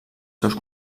seus